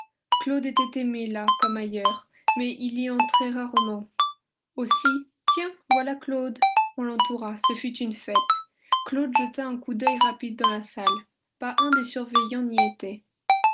claude était aimé là comme ailleurs mais il y entrait rarement aussi tiens voilà claude on l'entoura ce fut une fête claude jeta un coup d'œil rapide dans la salle pas un des surveillants n'y était